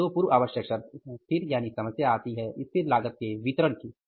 ये दो पूर्व आवश्यक शर्तें हैं फिर यानि समस्या आती है स्थिर लागतों के वितरण की